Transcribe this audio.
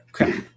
Okay